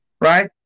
right